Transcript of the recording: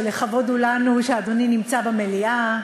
שלכבוד הוא לנו שאדוני נמצא במליאה,